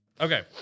Okay